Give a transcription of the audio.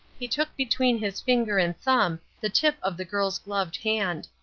he took between his finger and thumb the tip of the girl's gloved hand.